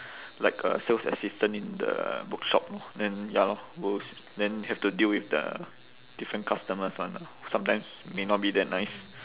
like a sales assistant in the bookshop then ya lor books then have to deal with the different customers [one] lah sometimes may not be that nice